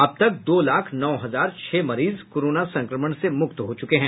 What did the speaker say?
अब तक दो लाख नौ हजार छह मरीज कोरोना संक्रमण से मूक्त हो चूके हैं